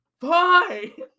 Bye